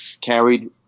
carried